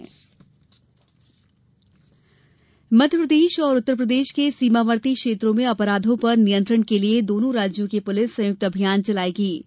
संयुक्त अभियान मध्यप्रदेश और उत्तरप्रदेश के सीमावर्ती क्षेत्रों में अपराधों पर नियंत्रण के लिए दोनों राज्यों की पुलिस संयुक्त अभियान चलाएंगी